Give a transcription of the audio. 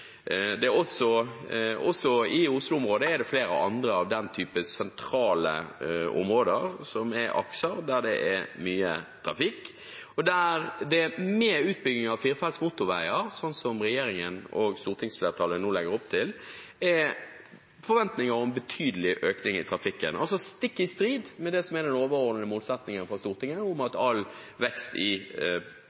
der det med utbygging av firefelts motorveier, slik som regjeringen og stortingsflertallet nå legger opp til, er forventninger om betydelig økning i trafikken – altså stikk i strid med det som er den overordnede målsettingen fra Stortinget om at all vekst i